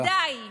די.